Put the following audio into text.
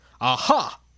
Aha